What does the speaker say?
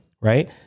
right